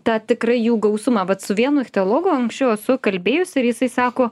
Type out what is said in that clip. tą tikrai jų gausumą vat su vienu ichtiologu anksčiau esu kalbėjusi ir jisai sako